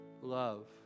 love